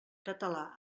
català